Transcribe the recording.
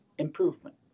improvement